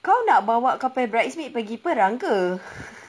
kau nak bawa kau punya bridesmaid pergi perang ke